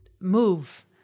move